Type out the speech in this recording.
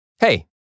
Hey